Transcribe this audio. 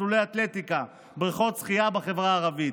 מסלולי אתלטיקה ובריכות שחייה בחברה הערבית.